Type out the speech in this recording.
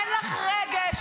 אין לך רגש.